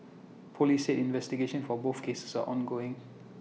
Police said investigations for both cases are ongoing